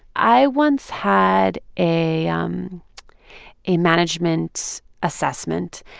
i once had a um a management assessment.